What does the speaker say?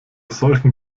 solchen